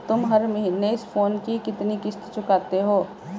तुम हर महीने इस फोन की कितनी किश्त चुकाते हो?